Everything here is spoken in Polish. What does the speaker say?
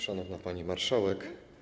Szanowna Pani Marszałek!